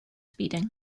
speeding